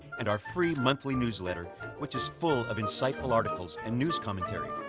and our free monthly newsletter which is full of insightful articles and news commentary.